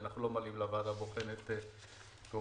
ואנחנו לא מעלים לוועדה הבוחנת -- בקיצור,